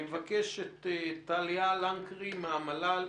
אני מבקש את טליה לנקרי מהמל"ל.